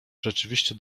rzeczywiście